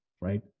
right